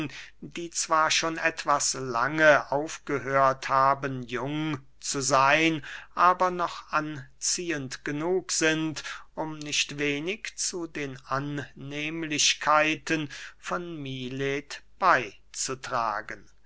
die zwar schon etwas lange aufgehört haben jung zu seyn aber noch anziehend genug sind um nicht wenig zu den annehmlichkeiten von milet beyzutragen